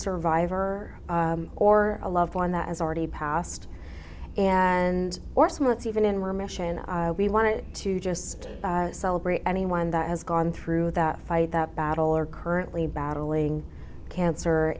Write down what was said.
survivor or a loved one that has already passed and or smarts even in remission i wanted to just celebrate anyone that has gone through that fight that battle are currently battling cancer